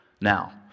now